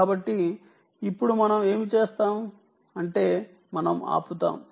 కాబట్టి ఇప్పుడు మనం ఏమి చేస్తాం అంటే మనం ఆపుతాము